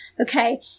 Okay